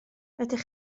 ydych